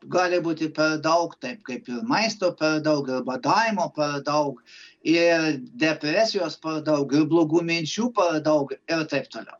gali būti per daug taip kaip ir maisto per daug ir badavimo per daug ir depresijos per daug ir blogų minčių per daug ir taip toliau